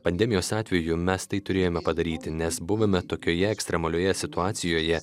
pandemijos atveju mes tai turėjome padaryti nes buvome tokioje ekstremalioje situacijoje